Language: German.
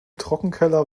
trockenkeller